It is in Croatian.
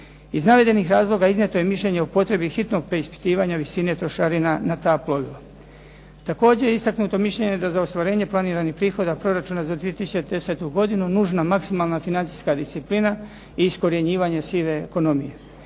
Iz navedenih razloga iznijeto je mišljenje o potrebi hitnog preispitivanja visine trošarina na ta plovila. Također je istaknuto mišljenje da za ostvarenje planiranih prihoda proračuna za 2010. godinu nužna maksimalna financijska disciplina i iskorjenjivanje sive ekonomije.